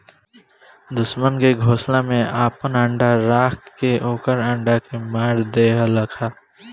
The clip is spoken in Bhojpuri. दुश्मन के घोसला में आपन अंडा राख के ओकर अंडा के मार देहलखा